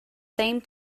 same